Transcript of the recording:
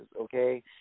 okay